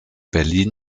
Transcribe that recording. berlin